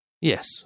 Yes